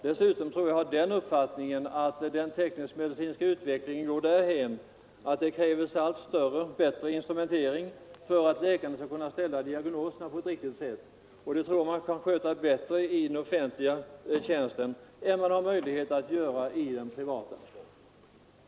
Det har talats om att den teknisk-medicinska utvecklingen går dithän att det krävs allt större och bättre instrumentutrustning för att läkarna skall kunna ställa diagnoserna på ett riktigt sätt. Det talar väl snarast för att läkarna kan klara den saken bättre i den offentliga tjänsten än de har möjlighet att göra i den privata.